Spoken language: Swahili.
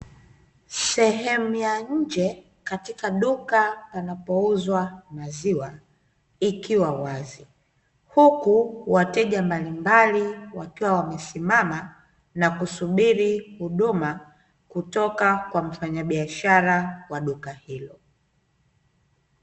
Sehemu ya nje katika duka panapouzwa maziwa ikiwa wazi huku wateja mbalimbali wakiwa wamesimama na kusubiri huduma kutoka kwa mfanyabiashara wa duka hilo.